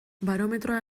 barometroa